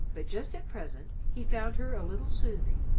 but just at present he found her a little soothing.